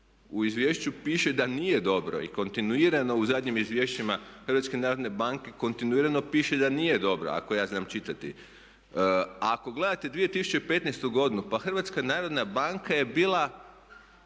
U izvješću piše da nije dobro i kontinuirano u zadnjim izvješćima HNB-a kontinuirano piše da nije dobro ako ja znam čitati. A ako gledate 2015. godinu pa HNB je bila